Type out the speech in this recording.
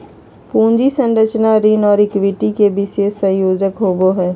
पूंजी संरचना ऋण और इक्विटी के विशेष संयोजन होवो हइ